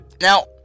Now